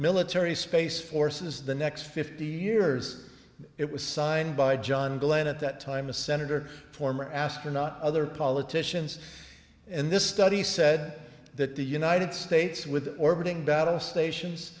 military space forces the next fifty years it was signed by john glenn at that time a senator former astronaut other politicians in this study said that the united states with orbiting battle stations